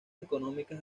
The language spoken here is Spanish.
económicas